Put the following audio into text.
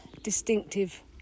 distinctive